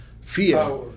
fear